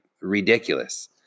ridiculous